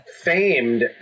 famed